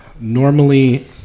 normally